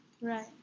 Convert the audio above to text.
Right